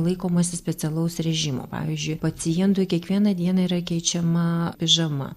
laikomasi specialaus režimo pavyzdžiui pacientui kiekvieną dieną yra keičiama pižama